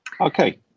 Okay